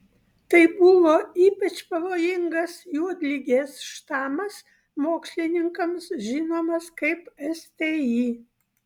tai buvo ypač pavojingas juodligės štamas mokslininkams žinomas kaip sti